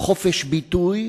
חופש ביטוי